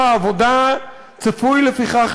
לפיכך,